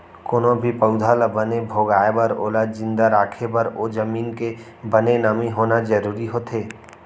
कोनो भी पउधा ल बने भोगाय बर ओला जिंदा राखे बर ओ जमीन के बने नमी होना जरूरी होथे